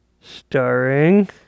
Starring